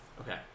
Okay